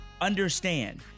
Understand